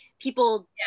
people